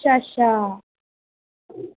अच्छा अच्छा